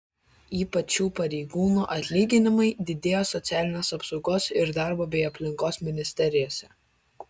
ypač šių pareigūnų atlyginimai didėjo socialinės apsaugos ir darbo bei aplinkos ministerijose